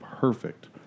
perfect